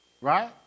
Right